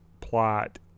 plot